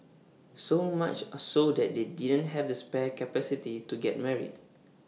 so much A so that they didn't have the spare capacity to get married